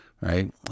right